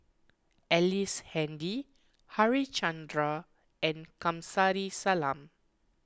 Ellice Handy Harichandra and Kamsari Salam